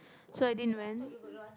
so I didn't went